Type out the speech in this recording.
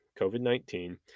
COVID-19